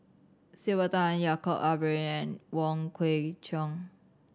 Sylvia Tan Yaacob Ibrahim and Wong Kwei Cheong